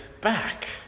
back